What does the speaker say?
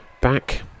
back